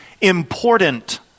important